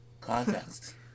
Context